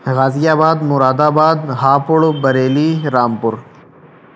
غازی آباد مراد آباد ہاپوڑ بریلی رامپور